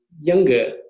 younger